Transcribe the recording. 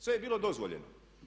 Sve je bilo dozvoljeno.